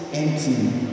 empty